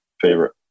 favorite